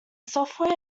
software